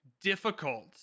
difficult